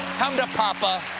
come to papa.